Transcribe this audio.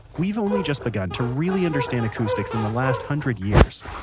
we've only just begun to really understand acoustics in the last hundred years.